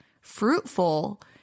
fruitful